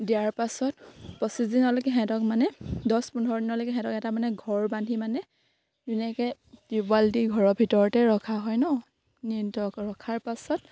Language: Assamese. দিয়াৰ পাছত পঁচিছ দিনলৈকে সিহঁতক মানে দছ পোন্ধৰ দিনলৈকে সিহঁতক এটা মানে ঘৰ বান্ধি মানে ধুনীয়াকে টিউবৱেল দি ঘৰৰ ভিতৰতে ৰখা হয় ন ৰখাৰ পাছত